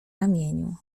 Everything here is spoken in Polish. ramieniu